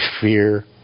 fear